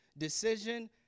decision